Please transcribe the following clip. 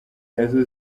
nazo